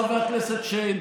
חבר הכנסת שיין.